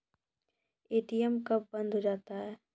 ATM कब बंद हो जाता हैं?